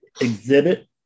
exhibit